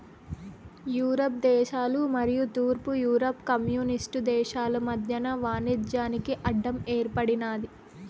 Europe దేశాలు మరియు తూర్పు యూరప్ కమ్యూనిస్టు దేశాలు మధ్యన వాణిజ్యానికి అడ్డం ఏర్పడినాది